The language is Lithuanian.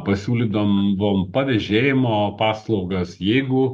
pasiūlydavom buvom pavėžėjimo paslaugas jeigu